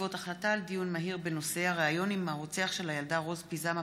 בעקבות דיון מהיר בהצעתם של מיכל רוזין,